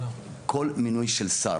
כל מינוי של שר,